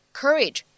courage